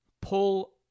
pull